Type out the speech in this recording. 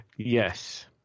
Yes